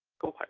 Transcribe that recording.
go back.